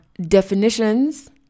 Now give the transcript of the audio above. definitions